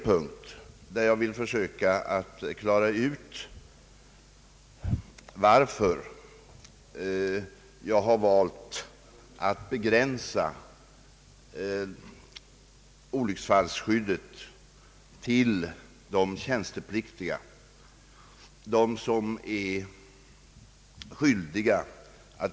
Men jag vill försöka klara ut varför jag har valt att begränsa olycksfallsskyddet till de tjänstepliktiga — d. v. s. våra värnpliktiga.